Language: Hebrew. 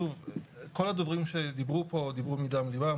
שוב, כל הדוברים שדיברו פה, דיברו מדם ליבם.